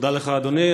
תודה לך, אדוני.